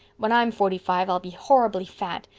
when i'm forty-five i'll be horribly fat.